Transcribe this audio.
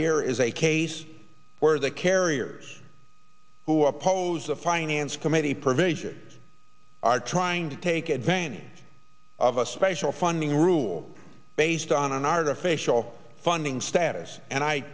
here is a case where the carriers who oppose the finance committee provision are trying to take advantage of a special funding rule based on an artificial funding status and i